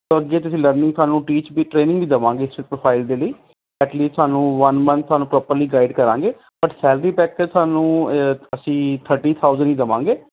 ਸੋ ਅੱਗੇ ਤੁਸੀਂ ਲਰਨਿੰਗ ਤੁਹਾਨੂੰ ਟੀਚ ਵੀ ਟ੍ਰੇਨਿੰਗ ਵੀ ਦੇਵਾਂਗੇ ਇਸ ਪ੍ਰੋਫਾਈਲ ਦੇ ਲਈ ਐਟਲੀਸਟ ਤੁਹਾਨੂੰ ਵੰਨ ਮੰਨਥ ਤੁਹਾਨੂੰ ਪ੍ਰੋਪਰਲੀ ਗਾਈਡ ਕਰਾਂਗੇ ਬਟ ਸੈਲਰੀ ਪੈਕਜ ਤੁਹਾਨੂੰ ਅਸੀਂ ਥਰਟੀ ਥਾਊਜੈਂਟ ਹੀ ਦੇਵਾਂਗੇ